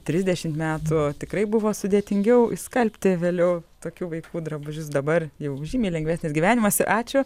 trisdešimt metų tikrai buvo sudėtingiau išskalbti vėliau tokių vaikų drabužius dabar jau žymiai lengvesnis gyvenimas ačiū